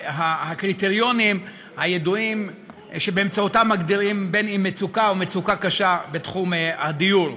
הקריטריונים הידועים שבאמצעותם מגדירים מצוקה או מצוקה קשה בתחום הדיור.